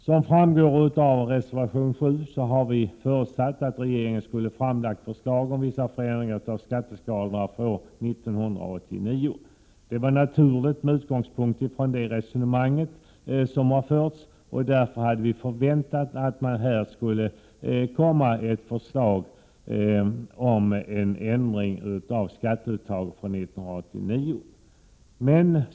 Som framgår av reservation 7 hade vi förutsatt att regeringen skulle framlägga förslag till vissa förändringar av skatteskalorna för år 1989. Det hade varit naturligt med utgångspunkt från den debatt som förts. Vi hade förväntat oss ett förslag till ändring av skatteuttaget från 1989.